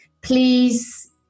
please